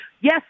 yes